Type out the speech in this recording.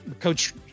Coach